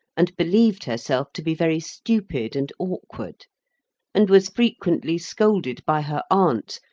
and believed herself to be very stupid and awkward and was frequently scolded by her aunt,